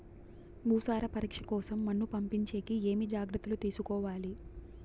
భూసార పరీక్ష కోసం మన్ను పంపించేకి ఏమి జాగ్రత్తలు తీసుకోవాలి?